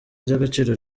ry’agaciro